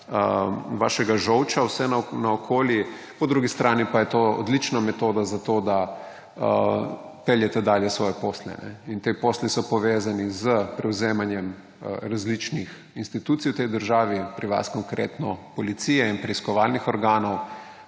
vašega žolča naokoli, po drugi strani pa je to odlična metoda za to, da peljete dalje svoje posle. In ti posli so povezani s prevzemanjem različnih institucij v tej državi, pri vas konkretno policije in preiskovalnih organov,